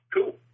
Cool